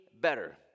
better